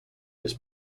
his